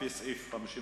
לפי סעיף 54,